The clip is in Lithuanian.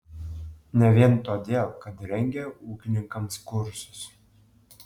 ne vien todėl kad rengia ūkininkams kursus